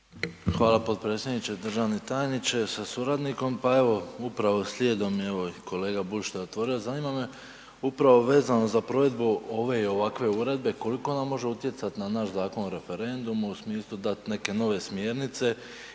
Hvala potpredsjedniče. Državni tajniče sa suradnikom, pa evo upravo slijedom evo i kolega Bulj što je otvorio, zanima me upravo vezano za provedbe ove i ovakve uredbe, koliko ona može utjecati na naš Zakon o referendumu, u smislu dat neke smjernice